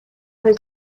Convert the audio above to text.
his